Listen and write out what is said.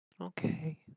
okay